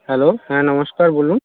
hello হ্যাঁ নমস্কার বলুন